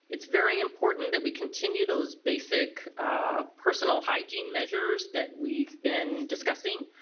it's very important that we continue those basic ah personal hygiene measures that we've been discussing